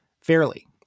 fairly